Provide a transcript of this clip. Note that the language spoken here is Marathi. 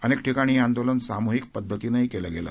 अनेक ठिकाणी हे आंदोलन सामूहिक पद्धतीनंही केलं गेलं